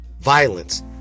violence